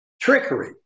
Trickery